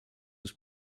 was